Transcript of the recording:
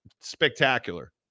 spectacular